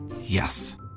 Yes